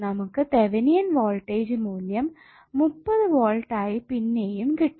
നമുക്ക് Thevenin voltage മൂല്യം 30V ആയി പിന്നെയും കിട്ടും